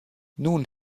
nun